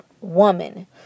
woman